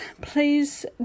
Please